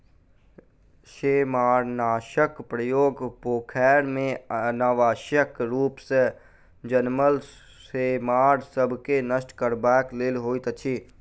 सेमारनाशकक प्रयोग पोखैर मे अनावश्यक रूप सॅ जनमल सेमार सभ के नष्ट करबाक लेल होइत अछि